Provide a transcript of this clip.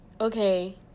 Okay